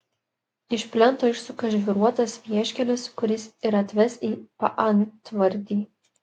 iš plento išsuka žvyruotas vieškelis kuris ir atves į paantvardį